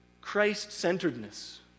Christ-centeredness